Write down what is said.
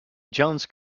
jones